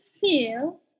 feel